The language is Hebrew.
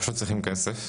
פשוט צריכים כסף.